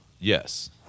yes